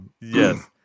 Yes